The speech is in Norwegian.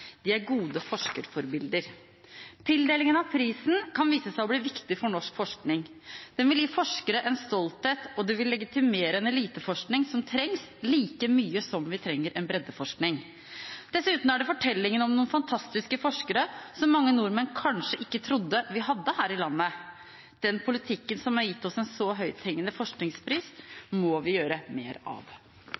De er gode forskerforbilder. Tildelingen av prisen kan vise seg å bli viktig for norsk forskning. Den vil gi forskere en stolthet, og den vil legitimere en eliteforskning – som trengs like mye som vi trenger en breddeforskning. Dessuten framhever dette den fortellingen om noen fantastiske forskere, som mange nordmenn kanskje ikke trodde vi hadde her i landet. Den politikken som har gitt oss en så høythengende forskningspris, må vi føre mer av.